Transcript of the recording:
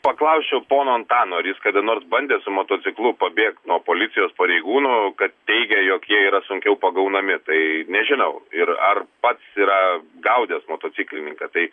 paklausčiau pono antano ar jis kada nors bandė su motociklu pabėgt nuo policijos pareigūnų kad teigia jog jie yra sunkiau pagaunami tai nežinau ir ar pats yra gaudęs motociklininką tai